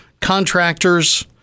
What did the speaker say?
contractors